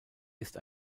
ist